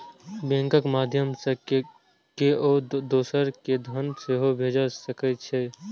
बैंकक माध्यय सं केओ दोसर कें धन सेहो भेज सकै छै